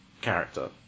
character